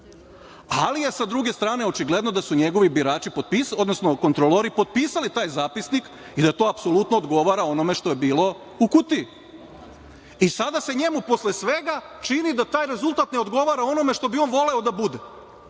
sumnjam. Sa druge strane, očigledno je da su njegovi kontrolori potpisali taj zapisnik i da to apsolutno odgovara onome što je bilo u kutiji. Sada se njemu posle svega čini da taj rezultat ne odgovara onome što bi on voleo da bude.